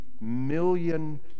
million